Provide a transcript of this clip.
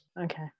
Okay